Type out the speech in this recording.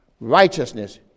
Righteousness